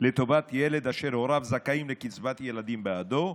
לטובת ילד אשר הוריו זכאים לקצבת ילדים בעדו,